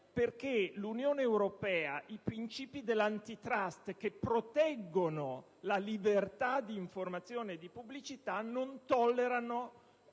perché l'Unione europea e i principi dell'*Antitrust*, che proteggono la libertà di informazione e di pubblicità, non lo tollerano;